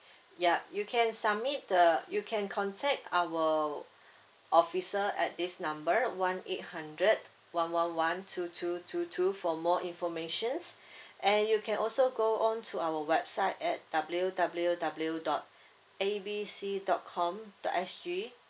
yup you can submit the you can contact our officer at this number one eight hundred one one one two two two two for more information and you can also go on to our website at W W W dot A B C dot com dot S G